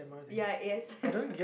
ya yes